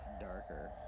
darker